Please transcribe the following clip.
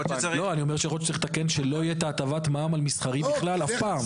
אני אומר שיכול להיות שצריך לתקן שלא יהיה הטבת מע"מ על מסחרי אף פעם.